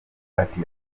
ati